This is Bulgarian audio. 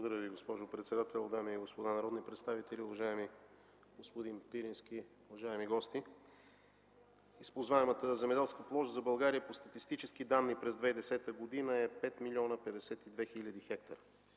Благодаря Ви, госпожо председател. Дами и господа народни представители, уважаеми господин Пирински, уважаеми гости! Използваемата земеделска площ за България по статистически данни през 2010 г. е 5 млн. 52 хил.